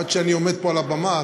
עד שאני עומד פה על הבמה.